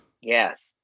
Yes